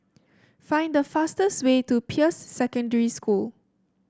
find the fastest way to Peirce Secondary School